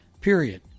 period